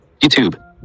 YouTube